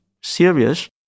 serious